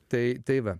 tai tai va